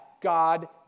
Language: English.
God